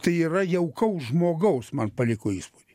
tai yra jaukaus žmogaus man paliko įspūdį